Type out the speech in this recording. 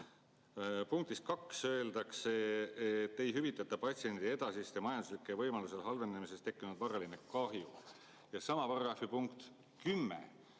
Punktis 2 öeldakse, et ei hüvitata patsiendi edasiste majanduslike võimaluste halvenemisest tekkinud varalist kahju. Ja sama paragrahvi punkt 10